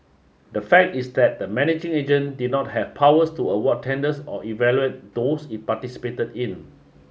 the fact is that the managing agent did not have powers to award tenders or evaluate those it participated in